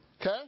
Okay